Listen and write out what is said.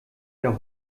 der